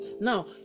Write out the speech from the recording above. now